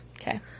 Okay